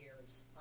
years